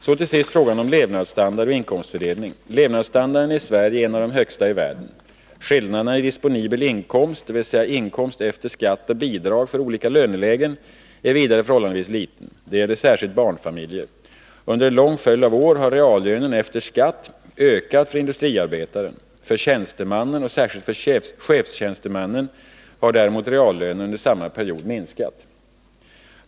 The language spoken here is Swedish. Så till sist frågan om levnadsstandard och inkomstfördelning. Levnadsstandarden i Sverige är en av de högsta i världen. Skillnaderna i disponibel inkomst, dvs. inkomst efter skatt och bidrag, för olika lönelägen är vidare förhållandevis liten. Det gäller speciellt barnfamiljer. Under en lång följd av år har reallönen efter skatt ökat för industriarbetaren. För tjänstemannen och särskilt för chefstjänstemannen har däremot reallönen under samma tid minskat.